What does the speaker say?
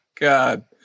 God